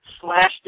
slash